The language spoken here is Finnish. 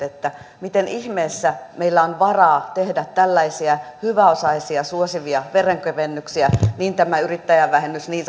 miten ihmeessä meillä on varaa tehdä tällaisia hyväosaisia suosivia veronkevennyksiä niin tämä niin